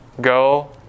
go